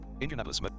indianapolis